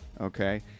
okay